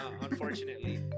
unfortunately